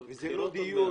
וזה לא דיון